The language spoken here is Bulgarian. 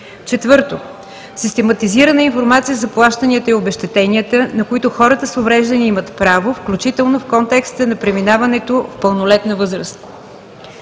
4. Систематизирана информация за плащанията и обезщетенията, на които хората с увреждания имат право, включително в контекста на преминаването в пълнолетна възраст.